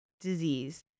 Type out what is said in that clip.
disease